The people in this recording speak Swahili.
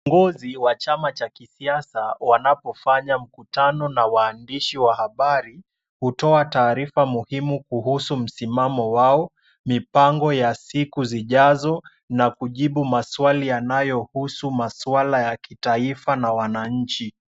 Viongozi wa chama cha kisiasa wanapofanya mkutano na waandishi wa habari, hutoa taarifa muhimu kuhusu msimamo wao, mipango ya siku zijazo na kujibu maswali yanayohusu maswala ya kitaifa na wananchi.